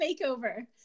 makeover